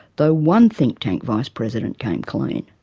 though one think tank vice-president came clean.